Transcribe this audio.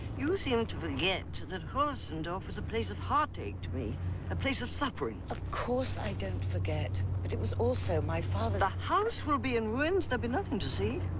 you seem to forget that hotzendorf was a place of heartache to me a place of suffering. of course i don't forget but it was also my father's the house will be in ruins there be nothing to see.